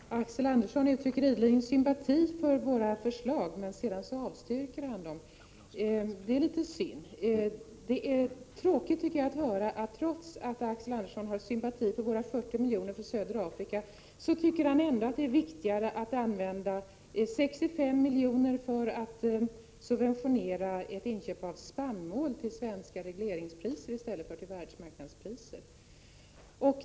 Herr talman! Axel Andersson uttrycker ideligen sympati för våra förslag, men sedan avstyrker han dem. Det är litet synd. Pet är tråkigt att höra att Axel Andersson, trots att han har sympati för vårt förslag om 40 miljoner till södra Afrika, tycker att det är viktigare att använda 65 miljoner för att subventionera ett inköp av spannmål till svenska regleringspriser i stället för till världsmarknadspriser.